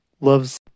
loves